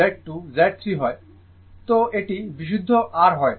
সুতরাং এটি বিশুদ্ধ R নয়